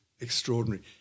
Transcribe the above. extraordinary